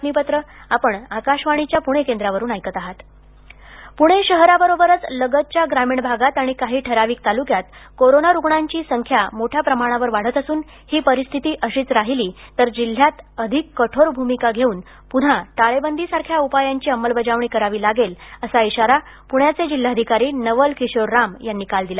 प्णे जिल्हाधिकारी प्णे शहराबरोबरच लगतच्या ग्रामीण भागात आणि काही ठराविक ताल्क्यात कोरोना रुग्णांची संख्या मोठ्या प्रमाणावर वाढत असून ही परिस्थिती अशीच राहिली तर जिल्ह्यात अधिक कठोर भूमिका घेऊन प्रन्हा टाळेबंदीसारख्या उपायांची अंमलबजावणी करावी लागेल असा इशारा प्ण्याचे जिल्हाधिकारी नवल किशोर राम यांनी काल दिला